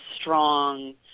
strong